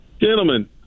Gentlemen